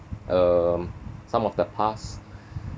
um some of the past